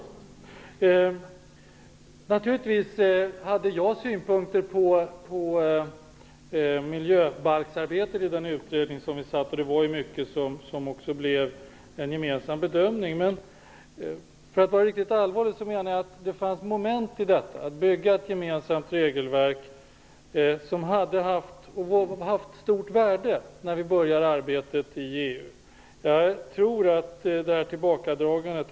Jag hade naturligtvis synpunkter på miljöbalksarbetet i utredningen. Det var också mycket som resulterade i en gemensam bedömning. Det fanns moment i detta att bygga ett gemensamt regelverk som hade varit av stort värde när vi skall börja arbetet i EU.